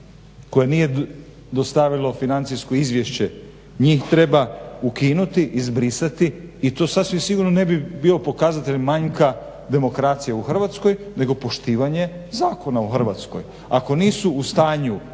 koje nije dostavilo financijsko izvješće njih treba ukinuti, izbrisati i to sasvim sigurno ne bi bio pokazatelj manjka demokracije u Hrvatskoj nego poštivanje zakona u Hrvatskoj. Ako nisu u stanju